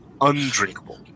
undrinkable